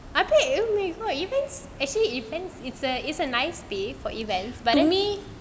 okay if you may go